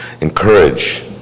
Encourage